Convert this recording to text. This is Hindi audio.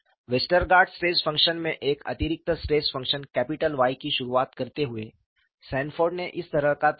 वेस्टगार्ड स्ट्रेस फंक्शन में एक अतिरिक्त स्ट्रेस फंक्शन कैपिटल Y की शुरुआत करते हुए सैनफोर्ड ने इस तरह का तर्क दिया